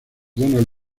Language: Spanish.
donald